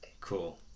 Cool